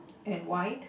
and white